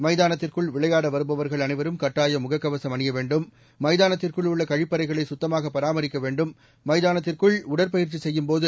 மைதானத்திற்குள் விளையாட வருபவர்கள் அனைவரும் கட்டாயம் முகக்கவசம் அணிய வேண்டும் மைதானத்திற்குள் உள்ள கழிப்பறைகளை கத்தமாக பராமரிக்க வேண்டும் மைதானத்திற்குள் உடற்பயிற்சி செய்யும்போது